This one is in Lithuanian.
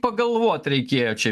pagalvoti reikėjo čia